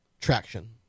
traction